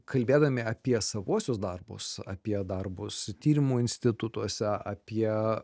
kalbėdami apie savuosius darbus apie darbus tyrimų institutuose apie